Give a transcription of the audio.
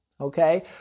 Okay